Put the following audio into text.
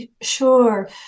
Sure